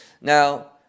now